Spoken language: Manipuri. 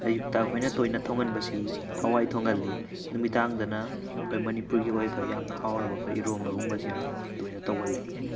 ꯑꯌꯨꯛꯇ ꯑꯩꯈꯣꯏꯅ ꯇꯣꯏꯅ ꯊꯣꯡꯒꯟꯕꯁꯤ ꯍꯋꯥꯏ ꯊꯣꯡꯒꯜꯂꯤ ꯅꯨꯃꯤꯗꯥꯡꯗꯅ ꯑꯩꯈꯣꯏ ꯃꯅꯤꯄꯨꯔꯒꯤ ꯑꯣꯏꯕ ꯌꯥꯝꯅ ꯍꯥꯎꯔꯕ ꯑꯩꯈꯣꯏ ꯏꯔꯣꯝꯕꯒꯨꯝꯕꯁꯦ ꯌꯥꯝ ꯇꯣꯏꯅ ꯇꯧꯒꯜꯂꯤ